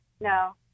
no